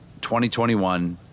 2021